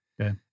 Okay